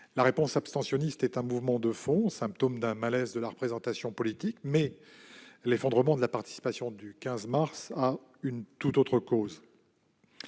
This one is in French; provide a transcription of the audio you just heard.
La réponse abstentionniste est un mouvement de fond, symptôme d'un malaise de la représentation politique. Toutefois, l'effondrement de la participation du 15 mars dernier a une tout autre cause